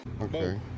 Okay